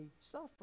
suffer